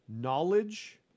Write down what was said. knowledge